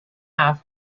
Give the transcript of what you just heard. half